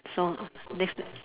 so next